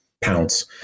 pounce